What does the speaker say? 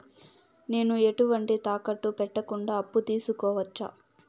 నేను ఎటువంటి తాకట్టు పెట్టకుండా అప్పు తీసుకోవచ్చా?